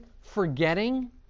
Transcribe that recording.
Forgetting